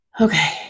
Okay